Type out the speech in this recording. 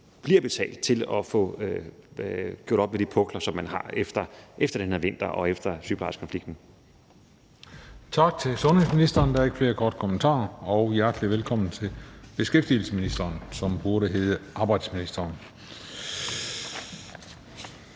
bliver betalt, så man kan få gjort op med de pukler, som man har efter den her vinter og efter sygeplejerskekonflikten. Kl. 16:54 Den fg. formand (Christian Juhl): Tak til sundhedsministeren. Der er ikke flere korte bemærkninger. Hjertelig velkommen til beskæftigelsesministeren, som burde hedde arbejdsministeren.